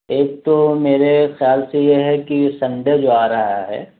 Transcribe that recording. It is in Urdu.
ایک تو میرے خیال سے یہ ہے کہ سنڈے جو آ رہا ہے